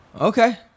Okay